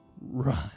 Run